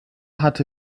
hatte